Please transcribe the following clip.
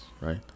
right